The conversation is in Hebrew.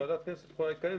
ועדת הכנסת צריכה להתכנס.